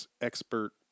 expert